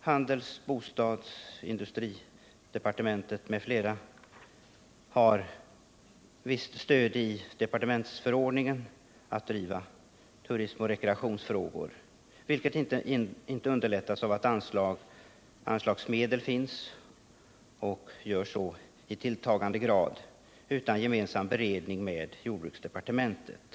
Handels-, bostads-, industridepartementen m.fl. har genom departementsförordningen visst stöd för att handha turistoch rekreationsfrågor. Det hela underlättas inte av att dessa departement inte kan få anslag för detta ändamål utan gemensam beredning med jordbruksdepartementet.